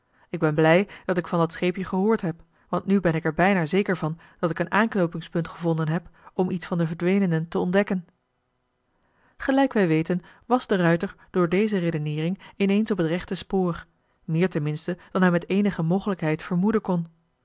k ben blij dat ik van dat scheepje gehoord heb want nu ben ik er bijna zeker van dat ik een aanknoopingspunt gevonden heb om iets van de verdwenenen te ontdekken gelijk wij weten was de ruijter door deze redeneering ineens op het rechte spoor meer ten minste dan hij met eenige mogelijkheid vermoeden kon